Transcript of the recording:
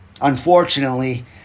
Unfortunately